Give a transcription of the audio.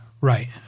Right